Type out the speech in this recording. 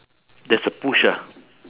there's a push ah